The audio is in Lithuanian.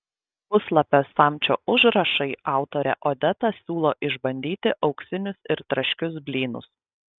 puslapio samčio užrašai autorė odeta siūlo išbandyti auksinius ir traškius blynus